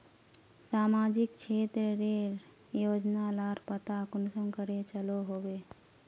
सामाजिक क्षेत्र रेर योजना लार पता कुंसम करे चलो होबे?